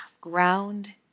ground